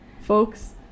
folks